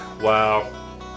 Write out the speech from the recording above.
Wow